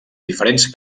diferents